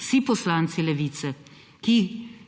Vsi poslanci Levice, ki